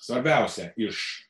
svarbiausia iš